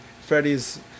Freddie's